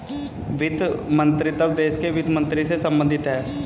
वित्त मंत्रीत्व देश के वित्त मंत्री से संबंधित है